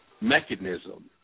mechanism